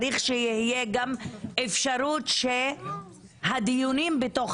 צריך שתהיה גם אפשרות שהדיונים בתוך